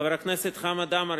חבר הכנסת חמד עמאר,